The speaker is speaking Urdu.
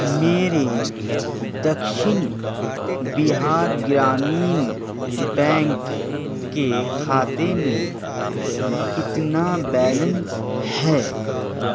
میرے دکشن بِہار گرامین بینک کے خاتے میں کتنا بیلنس ہے